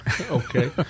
Okay